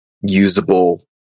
usable